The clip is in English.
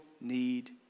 need